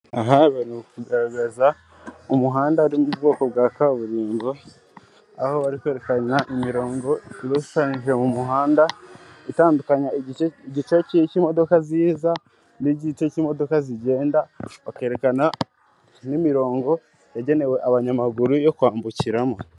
Aha barikugaragaza umuhanda uri mu bwoko bwa kaburimbo, aho bari kwerekana imirongo iba ishushanyije mu muhanda, itandukanya igice cy'imodoka ziza, n'igice cy'imodoka zigenda, bakerekana n'imirongo yagenewe abanyamaguru yo kwambukiramo.